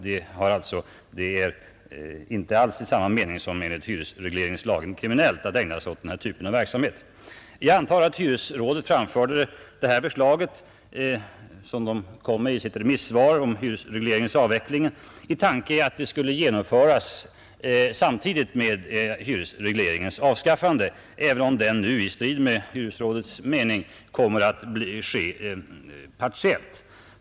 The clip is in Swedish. Det är inte alls i samma mening som enligt hyresregleringslagen kriminellt att ägna sig åt denna typ av verksamhet. Jag antar att hyresrådet framlade detta förslag — som det framförde i sitt remissvar om hyresregleringens avveckling — i tanke att det skulle genomföras samtidigt med hyresregleringens avskaffande, även om detta nu i strid med hyresrådets mening kommer att ske partiellt.